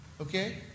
Okay